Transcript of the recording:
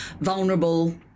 vulnerable